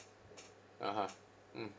(uh huh) mm